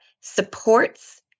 supports